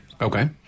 Okay